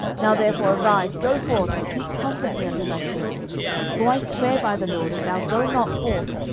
now therefore arise, go forth, and speak comfortably unto thy servants for i swear by the lord, if thou go not forth,